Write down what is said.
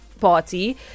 party